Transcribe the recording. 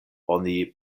oni